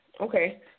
okay